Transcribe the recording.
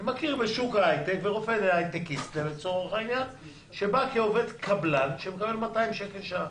אני מכיר רופא הייטקיסט שבא כעובד קבלן שמקבל 200 שקל לשעה.